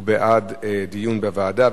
הוא בעד דיון בוועדה,